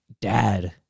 dad